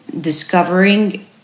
discovering